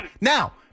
Now